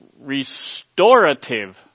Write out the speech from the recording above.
restorative